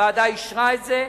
הוועדה אישרה את זה,